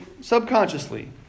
subconsciously